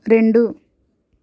రెండు